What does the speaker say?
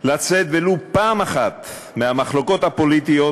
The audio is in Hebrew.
לצאת ולו פעם אחת מהמחלוקות הפוליטיות